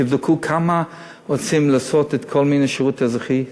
תבדקו כמה רוצים לעשות שירות אזרחי.